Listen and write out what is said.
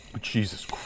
Jesus